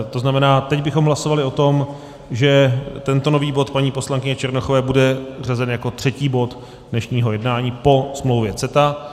To znamená, teď bychom hlasovali o tom, že tento nový bod paní poslankyně Černochové bude řazen jako třetí bod dnešního jednání po smlouvě CETA.